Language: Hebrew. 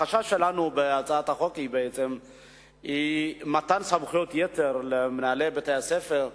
החשש שלנו בהצעת החוק הוא ממתן סמכויות יתר למנהלי בתי-הספר,